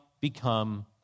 become